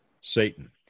Satan